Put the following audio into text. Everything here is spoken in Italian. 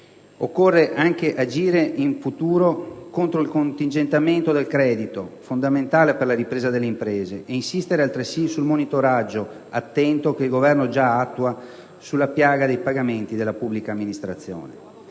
occorre anche agire contro il contingentamento del credito, fondamentale per la ripresa delle imprese, e insistere altresì sul monitoraggio attento che il Governo già attua sulla piaga dei pagamenti della pubblica amministrazione.